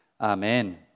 Amen